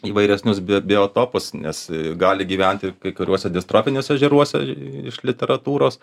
įvairesnius bi biotopus nes gali gyventi kai kuriuose distrofiniuose ežeruose iš literatūros